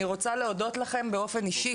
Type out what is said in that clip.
אני רוצה להודות לכם באופן אישי